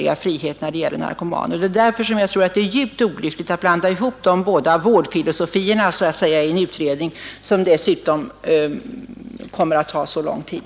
Inte minst tyder utvecklingen på det. Därför är det djupt olyckligt att blanda ihop båda dessa vårdfilosofier i en utredning som dessutom kommer att ta så lång tid.